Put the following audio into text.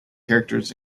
characters